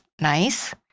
nice